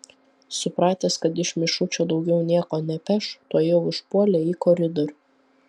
supratęs kad iš mišučio daugiau nieko nepeš tuojau išpuolė į koridorių